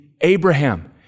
Abraham